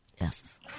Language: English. Yes